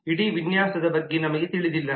ಇಡೀ ವಿನ್ಯಾಸದ ಬಗ್ಗೆ ನಮಗೆ ತಿಳಿದಿಲ್ಲ